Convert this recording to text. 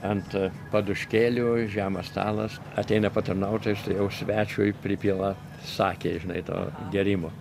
ant paduškėlių žemas stalas ateina patarnautojas ir štai jau svečiui pripila sakė žinai to gėrimo